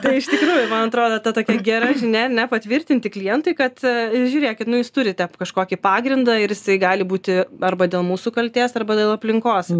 tai iš tikrųjų man atrodo ta tokia gera žinia ar ne patvirtinti klientui kad žiūrėkit nu jūs turite kažkokį pagrindą ir jisai gali būti arba dėl mūsų kaltės arba dėl aplinkos